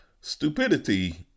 stupidity